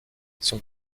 son